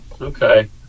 Okay